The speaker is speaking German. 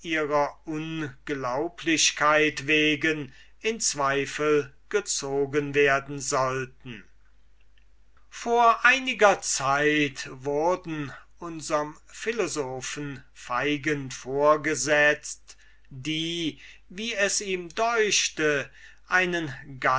unglaublichkeit wegen in zweifel gezogen werden sollten vor einiger zeit wurden unserm philosophen feigen vorgesetzt die wie es ihm deuchte einen